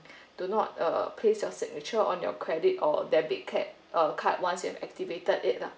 do not uh place your signature on your credit or debit cap uh card once you're activated it lah